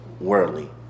worldly